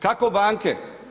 Kako banke?